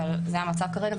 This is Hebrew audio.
אבל זה המצב כרגע.